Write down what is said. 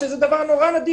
שזה דבר נדיר